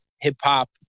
hip-hop